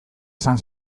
izan